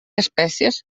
espècies